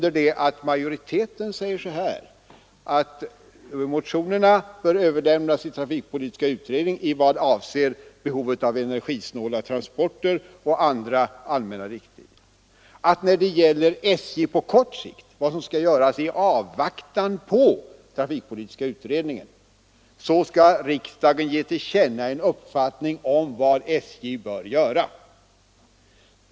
Vi inom utskottsmajoriteten däremot säger att motionerna bör överlämnas till trafikpolitiska utredningen i vad avser behovet av energisnåla transporter och andra allmänna riktlinjer. När det gäller vad som skall ske på kort sikt, i avvaktan på trafikpolitiska utredningens betänkande, föreslår vi att riksdagen skall ge till känna en uppfattning om vad SJ bör göra.